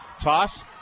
Toss